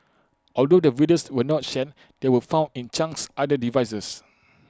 although the videos were not shared they were found in Chang's other devices